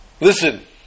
Listen